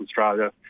Australia